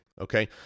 okay